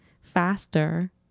faster